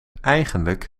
eigenlijk